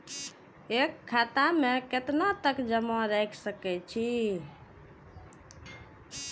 एक खाता में केतना तक जमा राईख सके छिए?